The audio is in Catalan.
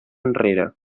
enrere